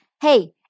hey